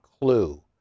clue